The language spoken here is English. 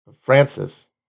Francis